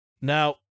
Now